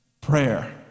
prayer